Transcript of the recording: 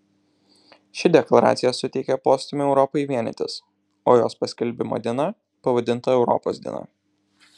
ši deklaracija suteikė postūmį europai vienytis o jos paskelbimo diena pavadinta europos diena